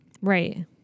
Right